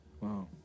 Wow